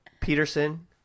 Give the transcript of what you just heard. peterson